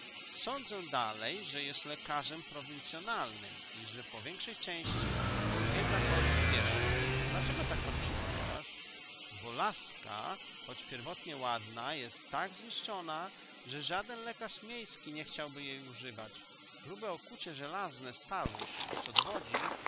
sądzę dalej że jest lekarzem prowincyonalnym i że po większej części odwiedza chorych pieszo dlaczego tak pan przypuszczasz bo laska choć pierwotnie ładna jest tak zniszczona że żaden lekarz miejski nie chciałby jej używać grube okucie żelazne starło się co dowodzi